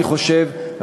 אני חושב,